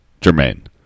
Jermaine